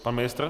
Pan ministr?